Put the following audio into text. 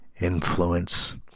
influence